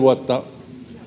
vuotta